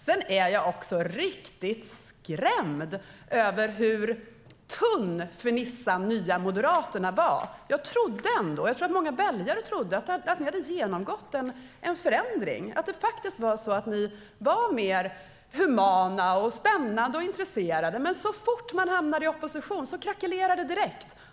Jag är också riktigt skrämd av hur tunn fernissan Nya moderaterna var. Jag trodde - och jag tror att många väljare trodde - att ni hade genomgått en förändring, att ni faktiskt var mer humana, spännande och intresserade. Men så fort ni hamnade i opposition krackelerade det.